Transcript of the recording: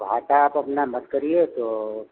घाटा आप अपना मत करिए तो